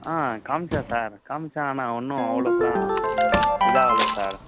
ஆ காமித்தான் சார் காமித்தான் ஆனால் ஒன்றும் அவ்ளோக்கெல்லாம் இதாகல சார்